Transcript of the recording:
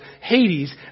Hades